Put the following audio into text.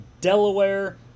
Delaware